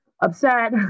upset